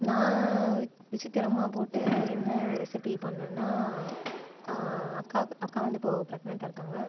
நான் விச் விசித்திரமாக போட்டு என்ன ரெசிபி பண்ணேன்னா அக்காவுக்கு அக்கா வந்து இப்போது பிரெக்னன்ட்டாக இருக்காங்க